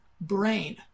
brain